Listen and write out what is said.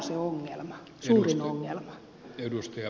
tämä on se suurin ongelma